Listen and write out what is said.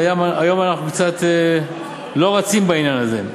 והיום אנחנו קצת לא רצים בעניין הזה.